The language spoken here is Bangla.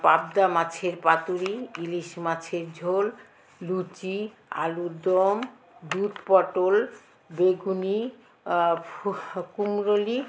পাবদা মাছের পাতুড়ি ইলিশ মাছের ঝোল লুচি আলুর দম দুধ পটল বেগুনি কুমড়োলি